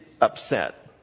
upset